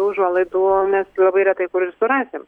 tų užuolaidų mes labai retai kur ir surasim